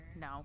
No